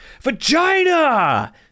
vagina